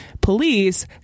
police